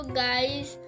guys